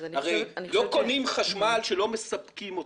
לא קונים חשמל שלא מספקים אותו.